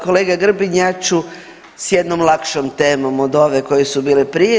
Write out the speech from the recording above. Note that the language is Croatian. Kolega Grbin ja ću sa jednom lakšom temom od ove koje su bile prije.